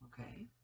Okay